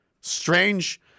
strange